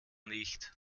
nicht